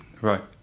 Right